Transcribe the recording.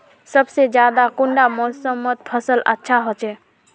सबसे ज्यादा कुंडा मोसमोत फसल अच्छा होचे?